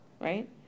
right